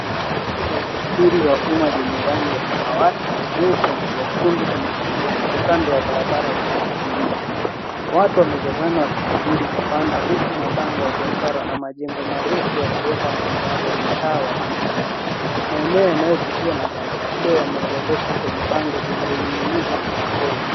Gari la usafiri wa umma lenye rangi ya samawati nyeupe na nyekundu zimesimama kando kando ya barabara yenye shughuli nyingi watu wamejazana wakisubiri kupanda huku mabango ya biashara na majengo marefu yakiweka mandhari ya mtaa wa jiji maeneo yanayopitiwa na gari hilo yanaorodheshwa kwenye bango lililoninginizwa mlangoni.